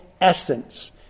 essence